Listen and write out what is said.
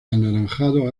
anaranjado